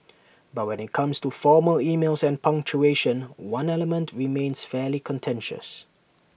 but when IT comes to formal emails and punctuation one element remains fairly contentious